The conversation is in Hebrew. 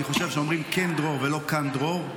אני חושב שאומרים "קֵן דרור" ולא "קַן דרור",